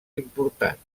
importants